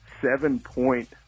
seven-point